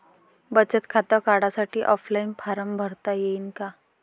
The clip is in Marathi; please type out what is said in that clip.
बचत खातं काढासाठी ऑफलाईन फारम भरता येईन का?